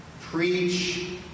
Preach